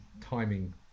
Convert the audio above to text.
timing